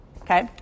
okay